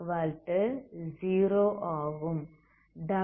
wx00 ஆகும்